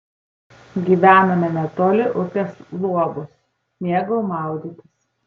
gyvenome netoli upės luobos mėgau maudytis